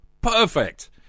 perfect